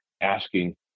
asking